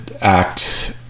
act